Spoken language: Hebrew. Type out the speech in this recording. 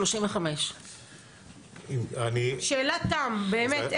35. שאלת תם, באמת.